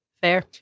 Fair